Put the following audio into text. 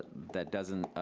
that doesn't